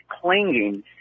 clinging